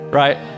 right